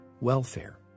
welfare